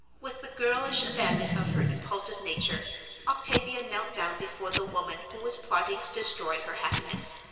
with the girlish abandon of her impulsive nature octavia knelt down before the woman who was plotting to destroy her happiness,